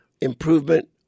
improvement